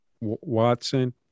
Watson